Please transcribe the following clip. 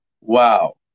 Wow